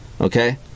okay